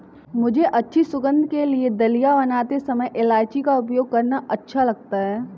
मुझे अच्छी सुगंध के लिए दलिया बनाते समय इलायची का उपयोग करना अच्छा लगता है